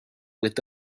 with